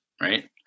right